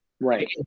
right